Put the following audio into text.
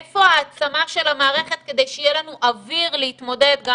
איפה ההעצמה של המערכת כדי שיהיה לנו אוויר להתמודד גם